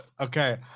Okay